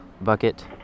bucket